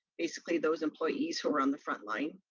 basically those employees who are on the frontline.